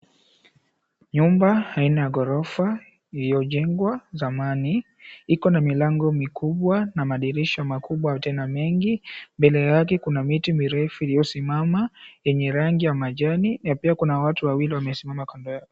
Nyumba aina ya ghorofa iliyojengwa zamani. Ikona milango mikubwa na madirisha makubwa tena mengi. Mbele yake kuna miti mirefu iliyosimama yenye rangi ya majani na pia kuna watu wawili wamesimama kando yake.